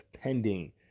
pending